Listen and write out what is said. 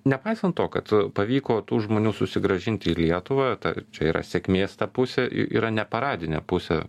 nepaisant to kad pavyko tų žmonių susigrąžinti į lietuvą ta čia yra sėkmės ta pusė yra neparadinė pusė